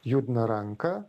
judina ranką